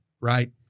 right